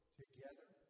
together